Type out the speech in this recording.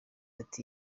ati